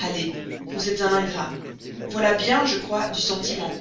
allez vous êtes un ingrat voilà bien je crois du sentiment